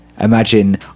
...imagine